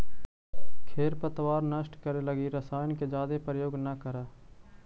खेर पतवार नष्ट करे लगी रसायन के जादे प्रयोग न करऽ